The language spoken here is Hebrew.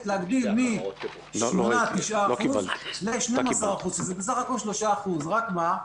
שלה מ- 9%-8% ל- 12%. זה בסך הכול 3%. רק מה,